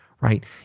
right